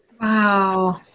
Wow